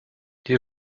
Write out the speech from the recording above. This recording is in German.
hier